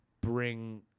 bring